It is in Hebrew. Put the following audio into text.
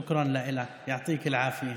(אומר בערבית: תודה לך, ייתן לך בריאות).